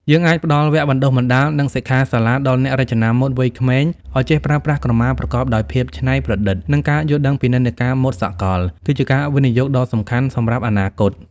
យើងអាចផ្តល់វគ្គបណ្តុះបណ្តាល និងសិក្ខាសាលាដល់អ្នករចនាម៉ូដវ័យក្មេង ឲ្យចេះប្រើប្រាស់ក្រមាប្រកបដោយភាពច្នៃប្រឌិត និងការយល់ដឹងពីនិន្នាការម៉ូដសកល គឺជាការវិនិយោគដ៏សំខាន់សម្រាប់អនាគត។